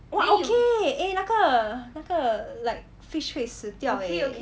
what okay eh 那个那个 like fish 会死掉 eh